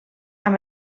amb